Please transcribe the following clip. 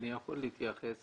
אני יכול להתייחס?